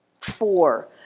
Four